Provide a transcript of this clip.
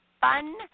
fun